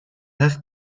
have